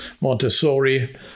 Montessori